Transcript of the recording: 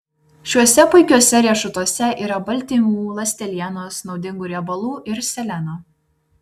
šiuose puikiuose riešutuose yra baltymų ląstelienos naudingų riebalų ir seleno